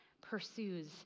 pursues